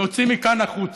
להוציא מכאן החוצה.